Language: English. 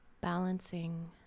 Balancing